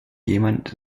jemand